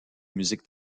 musique